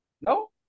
No